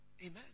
Amen